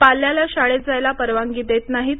पाल्याला शाळेत जायला परवानगी देत नाहीत